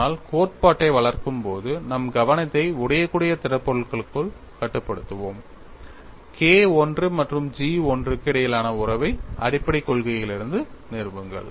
ஆனால் கோட்பாட்டை வளர்க்கும் போது நம் கவனத்தை உடையக்கூடிய திடப்பொருட்களுக்குள் கட்டுப்படுத்துவோம் KI மற்றும் GI க்கு இடையிலான உறவை அடிப்படைக் கொள்கைகளிலிருந்து நிறுவுங்கள்